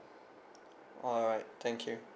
alright thank you